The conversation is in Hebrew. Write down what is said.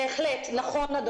בהחלט, נכון, אדוני.